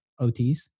OTs